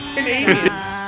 Canadians